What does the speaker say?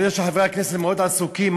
אני יודע שחברי הכנסת מאוד עסוקים,